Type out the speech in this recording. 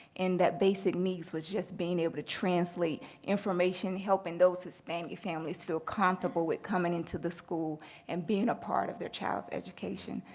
and that basic needs was just being able to translate information, helping those hispanic families feel comfortable with coming into the school and being a part of their child's education.